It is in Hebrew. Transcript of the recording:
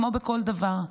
כמו בכל דבר.